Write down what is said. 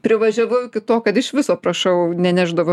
privažiavau iki to kad iš viso prašau nenešdavo